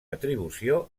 atribució